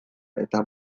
eta